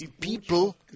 people